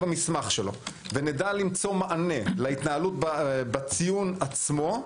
במסמך שלו ונדע למצוא מענה להתנהלות בציון עצמו,